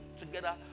together